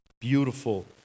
Beautiful